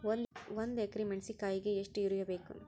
ಒಂದ್ ಎಕರಿ ಮೆಣಸಿಕಾಯಿಗಿ ಎಷ್ಟ ಯೂರಿಯಬೇಕು?